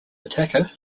attacker